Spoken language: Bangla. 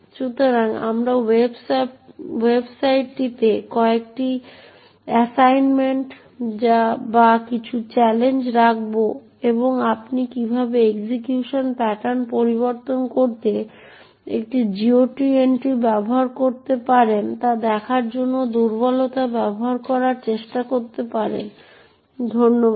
সুতরাং আমরা ওয়েবসাইটটিতে কয়েকটি অ্যাসাইনমেন্ট বা কিছু চ্যালেঞ্জ রাখব এবং আপনি কীভাবে এক্সিকিউশন প্যাটার্ন পরিবর্তন করতে একটি GOT এন্ট্রি ব্যবহার করতে পারেন তা দেখানোর জন্য দুর্বলতা ব্যবহার করার চেষ্টা করতে পারেন ধন্যবাদ